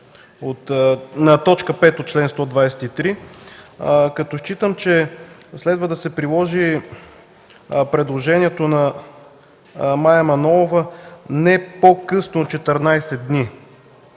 на т. 5 от чл. 123. Считам, че следва да се приложи предложението на Мая Манолова „не по-късно от 14 дни”.